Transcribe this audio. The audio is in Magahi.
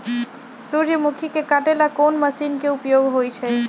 सूर्यमुखी के काटे ला कोंन मशीन के उपयोग होई छइ?